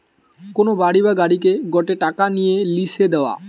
কোন বাড়ি বা গাড়িকে গটে টাকা নিয়ে লিসে দেওয়া